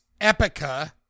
Epica